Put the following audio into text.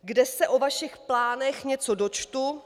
Kde se o vašich plánech něco dočtu?